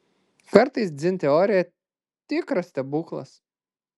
kartais dzin teorija tikras stebuklas